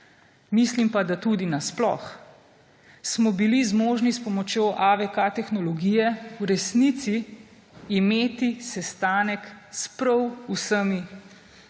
mislim pa, da tudi na sploh, smo bili zmožni s pomočjo AVK tehnologije v resnici imeti sestanke s prav vsemi